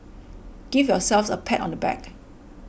give yourselves a pat on the back